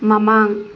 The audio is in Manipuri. ꯃꯃꯥꯡ